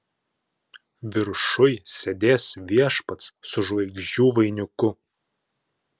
viršuj sėdės viešpats su žvaigždžių vainiku